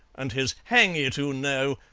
and his hang it! oo know!